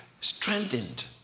Strengthened